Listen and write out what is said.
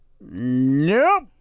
Nope